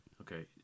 okay